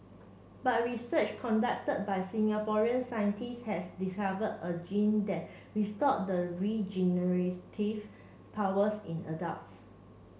but research conducted by Singaporean scientist has discovered a gene that restores the regenerative powers in adults